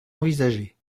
envisagée